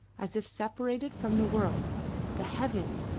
as if separated from the world the heavens,